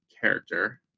character